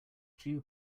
dew